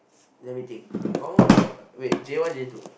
let me think confirm got someone wait J one J two